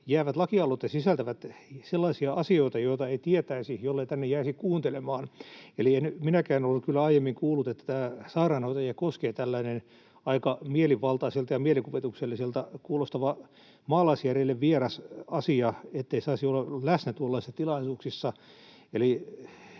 jäävät lakialoitteet sisältävät sellaisia asioita, joita ei tietäisi, jollei tänne jäisi kuuntelemaan — eli en minäkään ollut kyllä aiemmin kuullut, että sairaanhoitajia koskee tällainen aika mielivaltaiselta ja mielikuvitukselliselta kuulostava, maalaisjärjelle vieras asia, ettei saisi olla läsnä tuollaisissa tilaisuuksissa.